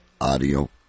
Audio